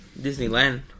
Disneyland